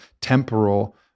temporal